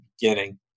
beginning